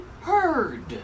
heard